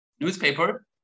newspaper